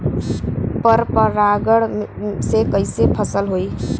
पर परागण से कईसे फसल होई?